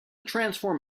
transform